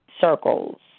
circles